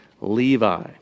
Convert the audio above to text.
Levi